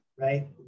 right